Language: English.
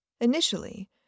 Initially